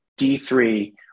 D3